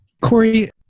Corey